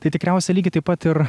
tai tikriausiai lygiai taip pat ir